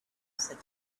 said